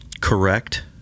correct